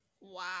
Wow